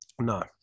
No